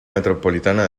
metropolitana